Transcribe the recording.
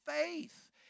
faith